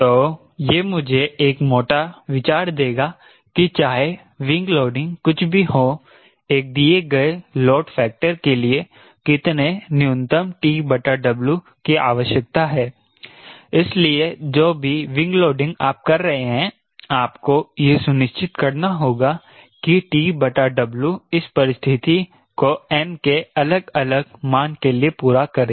तो यह मुझे एक मोटा विचार देगा कि चाहे विंग लोडिंग कुछ भी हो एक दिए गए लोड फैक्टर के लिए कितने न्यूनतम TW की आवश्यकता है इसीलिए जो भी विंग लोडिंग आप कर रहे हैं आपको यह सुनिश्चित करना होगा कि TW इस परिस्थिति को n के अलग अलग मान के लिए पूरा करें